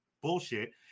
bullshit